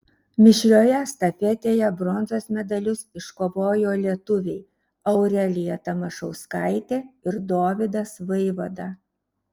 mišrioje estafetėje bronzos medalius iškovojo lietuviai aurelija tamašauskaitė ir dovydas vaivada